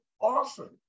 awesome